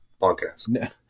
podcast